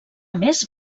més